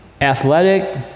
athletic